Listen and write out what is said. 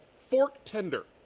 fork tender.